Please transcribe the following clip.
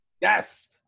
Yes